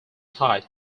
tied